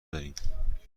داریم